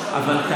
אני אעשה את זה.